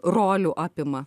rolių apima